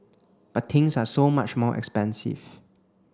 but things are so much more expensive